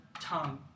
tongue